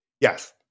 Yes